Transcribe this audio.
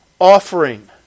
offering